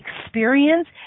experience